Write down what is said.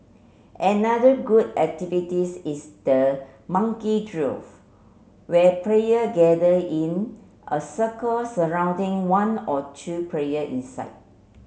another good activities is the monkey drill where player gather in a circle surrounding one or two player inside